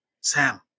Sam